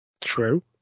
True